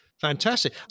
fantastic